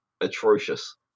atrocious